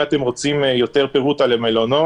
אם אתם רוצים יותר פירוט על המלונות,